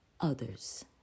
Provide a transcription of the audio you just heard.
others